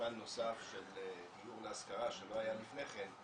פן נוסף של דיור להשכרה שלא היה לפני כן,